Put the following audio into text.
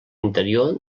interior